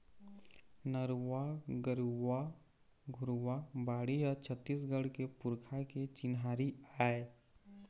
नरूवा, गरूवा, घुरूवा, बाड़ी ह छत्तीसगढ़ के पुरखा के चिन्हारी आय